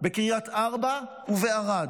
בקריית ארבע ובערד,